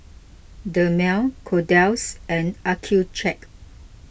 Dermale Kordel's and Accucheck